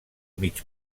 mig